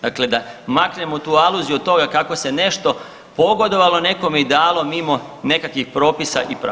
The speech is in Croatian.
Dakle, da maknemo tu aluziju od toga kako se nešto pogodovalo nekome i dalo mimo nekakvih propisa i pravila.